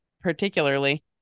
particularly